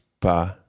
pas